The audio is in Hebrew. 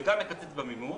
זה גם מקצץ במימון,